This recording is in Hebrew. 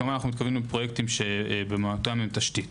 כמובן, אנו מתכוונים לפרויקטים שבמהותם הם תשתית.